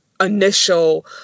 initial